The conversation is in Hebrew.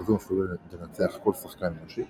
כזו המסוגלת לנצח כל שחקן אנושי,